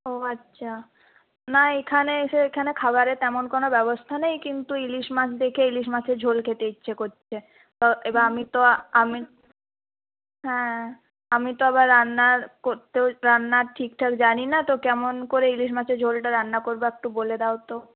ও আচ্ছা না এখানে এসে এখানে খাবারের তেমন কোনো ব্যবস্থা নেই কিন্তু ইলিশ মাছ দেখে ইলিশ মাছের ঝোল খেতে ইচ্ছে করছে তো এবার আমি তো আমি হ্যাঁ আমি তো আবার রান্নার করতেও রান্না ঠিকঠাক জানি না তো কেমন করে ইলিশ মাছের ঝোলটা রান্না করব একটু বলে দাও তো